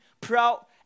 proud